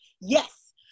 Yes